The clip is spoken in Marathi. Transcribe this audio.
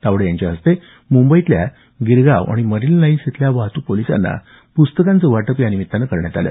तावडे यांच्या हस्ते मुंबईतल्या गिरगाव आणि मरिन लाईन्स इथल्या वाहतूक पोलिसांना प्रस्तकांचं वाटप या निमित्तानं करण्यात आलं